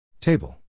Table